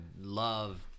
love